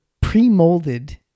pre-molded